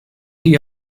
die